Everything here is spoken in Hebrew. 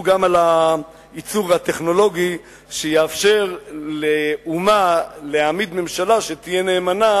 גם על העיצוב הטכנולוגי שיאפשר לאומה להעמיד ממשלה שתהיה נאמנה,